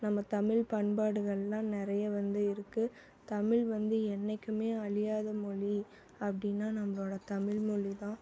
நம்ம தமிழ் பண்பாடுகள்லெலாம் நிறைய வந்து இருக்குது தமிழ் வந்து என்னைக்குமே அழியாத மொழி அப்படின்னா நம்மளோடய தமிழ்மொழி தான்